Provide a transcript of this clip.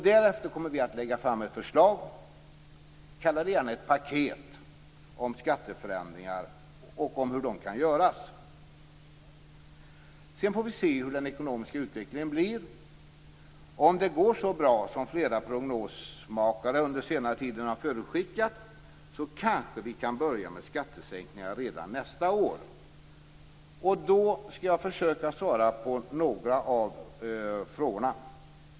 Därefter kommer vi att lägga fram ett förslag - kalla det gärna ett paket - om hur skatteförändringar kan göras. Sedan får vi se hur den ekonomiska utvecklingen blir. Om det går så bra som flera prognosmakare under senare tid har förutskickat, kanske vi kan börja med skattesänkningar redan nästa år. Då skall jag försöka svara på några av frågorna.